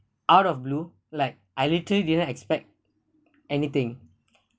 out of blue like I literary didn't expect anything